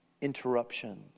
interruptions